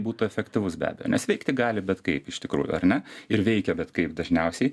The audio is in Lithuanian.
būtų efektyvus be abejo nes veikti gali bet kaip iš tikrųjų ar ne ir veikia bet kaip dažniausiai